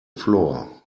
floor